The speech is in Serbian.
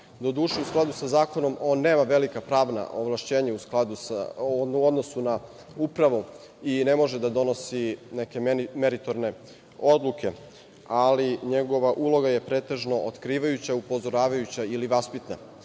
do duše u skladu sa zakonom on nema velika pravna ovlašćenja u odnosu na upravu i ne može da donosi neke meritorne odluke, ali njegova uloga je pretežno otkrivajuća, upozoravajuća ili vaspitna.